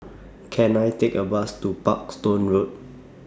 Can I Take A Bus to Parkstone Road